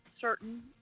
certain